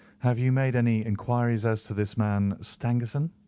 have you made any inquiries as to this man, stangerson?